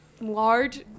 large